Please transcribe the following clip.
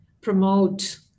promote